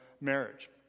marriage